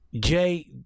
jay